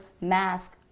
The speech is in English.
mask